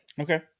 Okay